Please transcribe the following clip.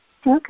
Okay